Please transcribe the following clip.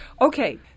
Okay